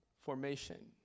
formation